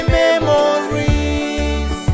memories